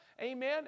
amen